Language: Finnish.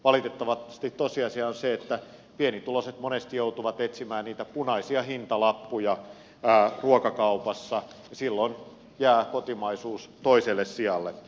valitettavasti tosiasia on se että pienituloiset monesti joutuvat etsimään niitä punaisia hintalappuja ruokakaupassa ja silloin jää kotimaisuus toiselle sijalle